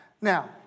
Now